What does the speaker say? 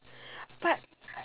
but